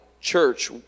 Church